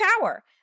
power